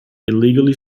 illegally